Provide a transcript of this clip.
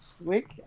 week